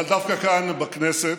אבל דווקא כאן בכנסת,